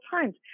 times